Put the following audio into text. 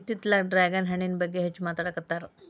ಇತ್ತಿತ್ತಲಾಗ ಡ್ರ್ಯಾಗನ್ ಹಣ್ಣಿನ ಬಗ್ಗೆ ಹೆಚ್ಚು ಮಾತಾಡಾಕತ್ತಾರ